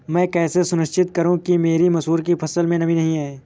मैं कैसे सुनिश्चित करूँ कि मेरी मसूर की फसल में नमी नहीं है?